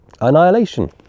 annihilation